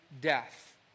death